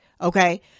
okay